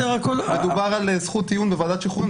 מדובר על זכות טיעון בוועדת שחרורים,